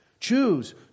Choose